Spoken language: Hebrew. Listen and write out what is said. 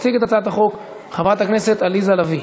תציג את הצעת החוק חברת הכנסת עליזה לביא.